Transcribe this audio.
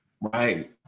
Right